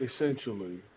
Essentially